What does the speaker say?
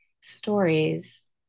stories